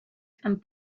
and